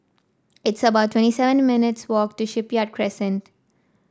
it's about twenty seven minutes' walk to Shipyard Crescent